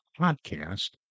podcast